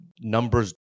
numbers